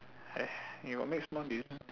!hais! you got make small decision meh